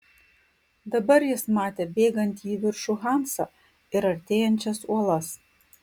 dabar jis matė bėgantį į viršų hansą ir artėjančias uolas